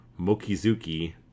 Mokizuki